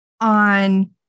on